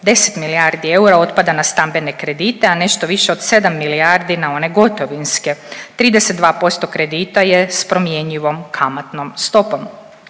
10 milijardi eura otpada na stambene kredite, a nešto više od 7 milijardi na one gotovinske. 32% kredita je sa promjenjivom kamatnom stopom.